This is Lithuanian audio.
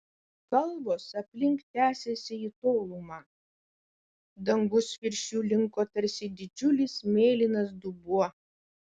kalvos aplink tęsėsi į tolumą dangus virš jų linko tarsi didžiulis mėlynas dubuo